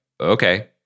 Okay